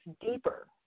deeper